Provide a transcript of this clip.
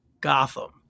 Gotham